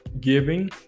giving